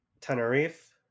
Tenerife